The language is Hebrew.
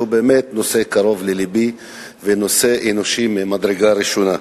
שהוא באמת קרוב ללבי ונושא אנושי ממדרגה ראשונה.